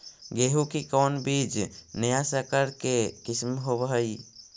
गेहू की कोन बीज नया सकर के किस्म होब हय?